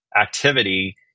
activity